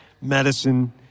medicine